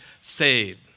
saved